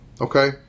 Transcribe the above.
Okay